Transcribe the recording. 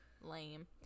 lame